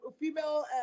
female